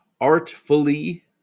artfully